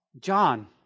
John